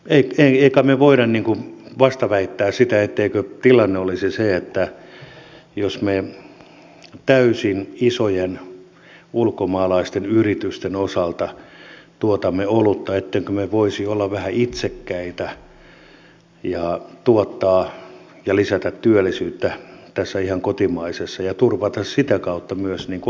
emme kai me voi vastaväittää etteikö tilanne olisi se että jos me isojen täysin ulkomaalaisten yritysten osalta tuotamme olutta niin emmekö me voisi olla vähän itsekkäitä ja tuottaa tätä ihan kotimaista ja lisätä työllisyyttä ja turvata sitä kautta myös alkutuotannon mahdollisuudet